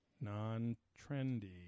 non-trendy